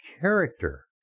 character